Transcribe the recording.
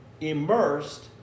Immersed